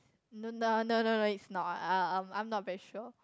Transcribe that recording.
don't know no no no is not ah I'm I'm not very sure